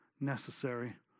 necessary